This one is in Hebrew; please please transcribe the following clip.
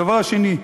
הדבר השני,